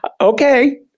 Okay